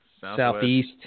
southeast